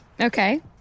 Okay